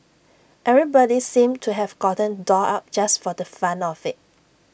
everybody seemed to have gotten dolled up just for the fun of IT